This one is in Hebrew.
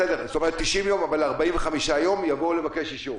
בסדר, 90 יום, אבל אחרי 45 יום יבואו לבקש אישור.